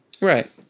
Right